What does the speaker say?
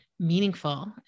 Meaningful